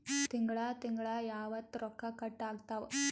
ತಿಂಗಳ ತಿಂಗ್ಳ ಯಾವತ್ತ ರೊಕ್ಕ ಕಟ್ ಆಗ್ತಾವ?